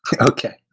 Okay